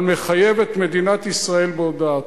אבל מחייב את מדינת ישראל בהודעתו.